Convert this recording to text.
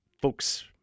folks